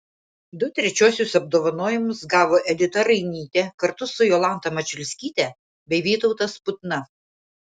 du trečiuosius apdovanojimus gavo edita rainytė kartu su jolanta mačiulskyte bei vytautas putna